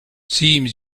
seems